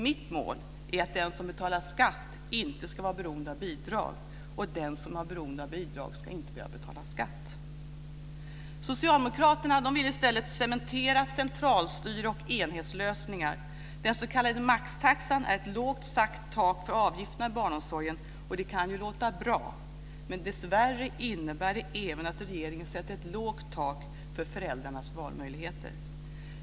Mitt mål är att den som betalar skatt inte ska vara beroende av bidrag och den som är beroende av bidrag inte ska betala skatt. Socialdemokraterna vill i stället cementera centralstyre och enhetslösningar. Den s.k. maxtaxan är ett lågt satt tak för avgifterna i barnomsorgen, och det kan ju låta bra. Men dessvärre innebär det även att regeringen sätter ett lågt tak för föräldrarnas valmöjligheter.